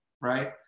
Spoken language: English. right